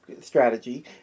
strategy